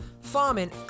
farming